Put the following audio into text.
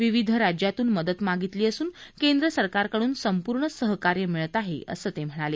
विविध राज्यातून मदत मागितली असून केंद्र सरकारकड्रन संपूर्ण सहकार्य मिळत आहे असं ते म्हणाले